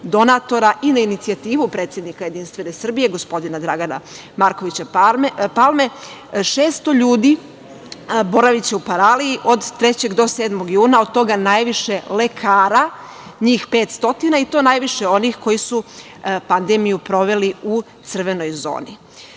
donatora i na inicijativu predsednika JS, gospodina Dragana Markovića Palme, 600 ljudi boraviće u Paraliji od 3. do 7. juna, od toga najviše lekara, njih 500 i to najviše onih koji su pandemiju proveli u crvenoj